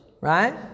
right